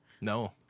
No